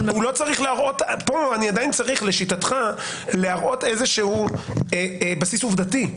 פה אני עדיין צריך, לשיטתך, להראות בסיס עובדתי.